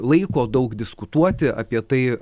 laiko daug diskutuoti apie tai